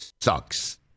sucks